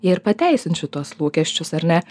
jie ir pateisins šituos lūkesčius ar ne